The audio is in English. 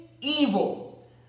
evil